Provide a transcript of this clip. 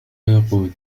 يقود